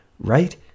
right